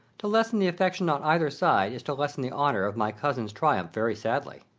to lessen the affection on either side is to lessen the honour of my cousin's triumph very sadly.